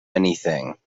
anything